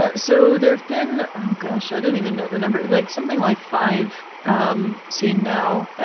but so there have been, oh gosh, i don't even know the number. like something like five um seen now.